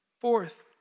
Fourth